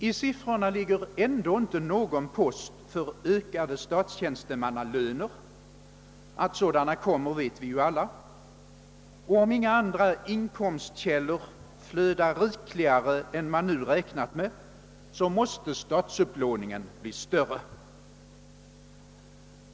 I siffrorna ligger ändå inte någon post för ökade statstjänstemannalöner. Att sådana kommer vet vi alla, och om inga andra inkomstkällor flödar rikligare än man nu räknat med måste statens upplåning bli större.